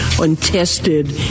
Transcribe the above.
untested